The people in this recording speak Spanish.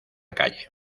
calle